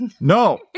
No